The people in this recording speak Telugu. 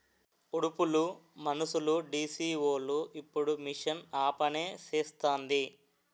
ఉడుపులు మనుసులుడీసీవోలు ఇప్పుడు మిషన్ ఆపనిసేస్తాంది